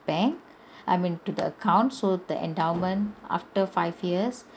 bank I mean to the account so the endowment after five years